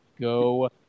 Go